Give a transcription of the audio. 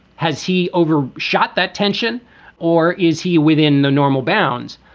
has he over shot that tension or is he within the normal bounds?